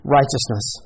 righteousness